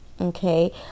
okay